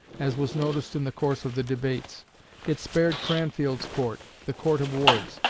as was noticed in the course of the debates it spared cranfield's court, the court of wards.